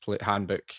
handbook